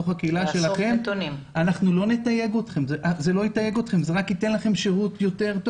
זה לא יתייג אתכם, זה רק ייתן לכם שירות טוב יותר.